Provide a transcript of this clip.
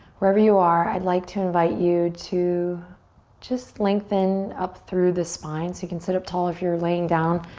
wherever you are, i'd like to invite you to just lengthen up through the spine so you can sit up tall. if you're laying down,